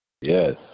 Yes